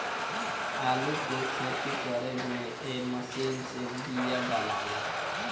आलू के खेती करे में ए मशीन से बिया डालाला